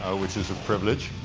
which is a privilege.